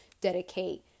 dedicate